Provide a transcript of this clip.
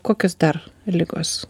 kokios dar ligos